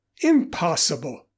Impossible